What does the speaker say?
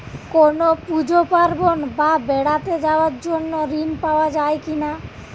কোনো পুজো পার্বণ বা বেড়াতে যাওয়ার জন্য ঋণ পাওয়া যায় কিনা?